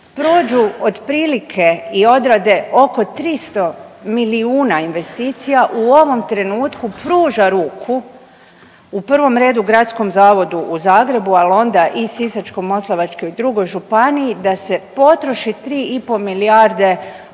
prođu otprilike i odrade oko 300 milijuna investicija u ovom trenutku pruža ruku u provom redu Gradskom zavodu u Zagrebu, al onda i Sisačko-moslavačkoj i drugoj županiji da se potroši 3,5 milijarde